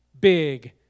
big